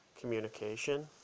communication